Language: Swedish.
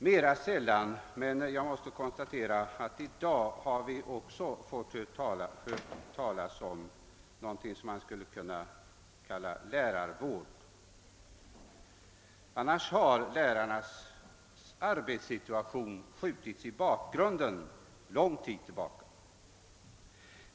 Mera sällan — men jag måste konstatera att det har hänt i dag — har vi hört talas om någonting som skulle kunna kallas »lärarvård«. Lärarnas arbetssituation har under lång tid skjutits i bakgrunden.